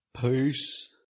Peace